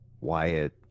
wyatt